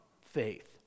faith